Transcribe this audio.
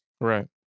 Right